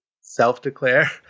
self-declare